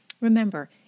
Remember